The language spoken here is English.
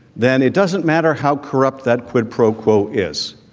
then it doesn't matter how corrupt that quid pro quo is.